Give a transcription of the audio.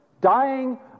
dying